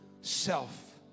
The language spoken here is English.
self